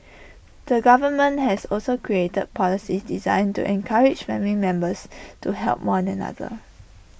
the government has also created policies designed to encourage family members to help one another